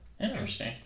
Interesting